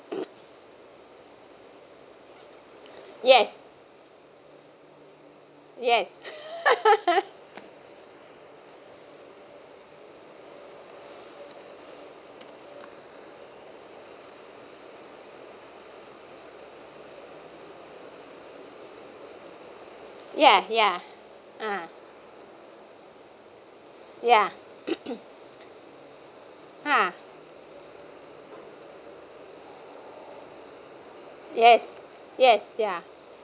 yes yes ya ya uh ya ha yes yes ya